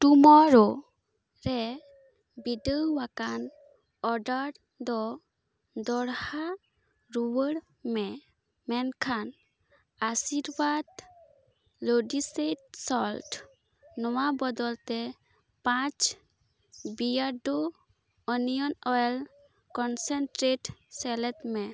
ᱴᱩᱢᱳᱨᱳ ᱨᱮ ᱵᱤᱰᱟᱹᱣ ᱟᱠᱟᱱ ᱚᱰᱟᱨ ᱫᱚ ᱫᱚᱦᱲᱟ ᱨᱩᱣᱟᱹᱲ ᱢᱮ ᱢᱮᱱᱠᱷᱟᱱ ᱟᱥᱤᱨᱵᱟᱫᱽ ᱟᱭᱳᱰᱟᱭᱤᱡᱽᱰ ᱥᱚᱞᱴ ᱱᱚᱣᱟ ᱵᱚᱫᱚᱞᱛᱮ ᱯᱟᱸᱪ ᱵᱤᱭᱟᱨᱰᱳ ᱚᱱᱤᱭᱚᱱ ᱚᱭᱮᱞ ᱠᱚᱱᱥᱮᱱᱴᱨᱮᱴ ᱥᱮᱞᱮᱫᱽ ᱢᱮ